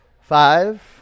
Five